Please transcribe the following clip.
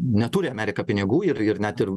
neturi amerika pinigų ir ir net ir